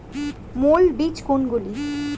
মৌল বীজ কোনগুলি?